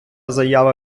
заява